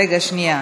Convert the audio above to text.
רגע, שנייה.